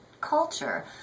culture